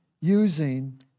using